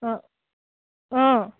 অঁ অঁ